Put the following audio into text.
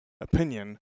opinion